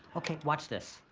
okay, watch this.